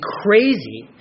crazy